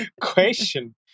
question